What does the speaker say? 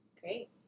great